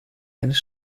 eines